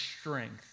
strength